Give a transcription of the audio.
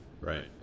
Right